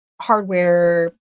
hardware